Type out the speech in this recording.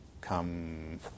Come